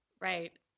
Right